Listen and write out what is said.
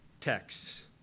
texts